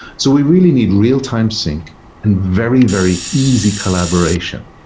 so we really need real-time sync and very, very easy collaboration.